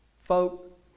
Folk